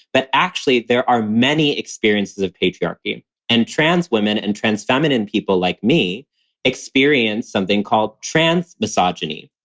but actually, there are many experiences of patriarchy and trans women and trans feminine people like me experience something called trans misogyny.